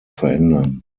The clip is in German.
verändern